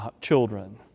children